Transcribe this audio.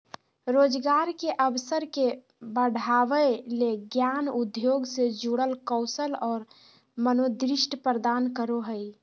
रोजगार के अवसर के बढ़ावय ले ज्ञान उद्योग से जुड़ल कौशल और मनोदृष्टि प्रदान करो हइ